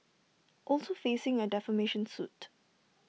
also facing A defamation suit